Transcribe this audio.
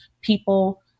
people